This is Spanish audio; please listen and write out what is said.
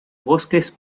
bosques